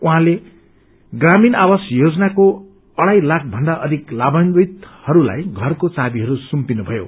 उहाँले प्रधानमंत्री ग्रामीण आवास योजनाको अढ़ाई लाख भन्दा अधिक लाभान्वितहरूलाई घरको चाबीहरू सुम्पिनुभयो